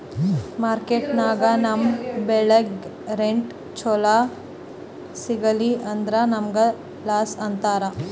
ಮಾರ್ಕೆಟ್ದಾಗ್ ನಮ್ ಬೆಳಿಗ್ ರೇಟ್ ಚೊಲೋ ಸಿಗಲಿಲ್ಲ ಅಂದ್ರ ನಮಗ ಲಾಸ್ ಆತದ್